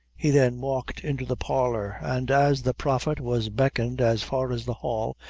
he then walked into the parlor and as the prophet was beckoned as far as the hall,